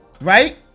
right